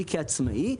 היא כשל עצמאים.